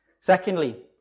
Secondly